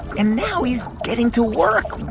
and now he's getting to work.